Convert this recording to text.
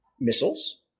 missiles